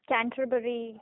Canterbury